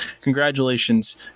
congratulations